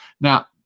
Now